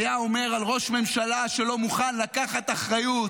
היה אומר על ראש ממשלה שלא מוכן לקחת אחריות